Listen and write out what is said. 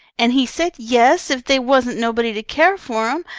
and he said yes if they wasn't nobody to care for em.